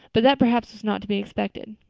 but that perhaps was not to be expected.